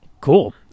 Cool